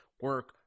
Work